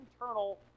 internal